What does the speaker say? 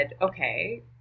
okay